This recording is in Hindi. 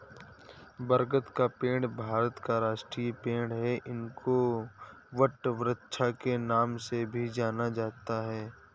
बरगद का पेड़ भारत का राष्ट्रीय पेड़ है इसको वटवृक्ष के नाम से भी जाना जाता है